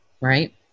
right